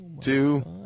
two